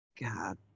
God